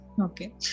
Okay